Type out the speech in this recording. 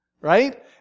right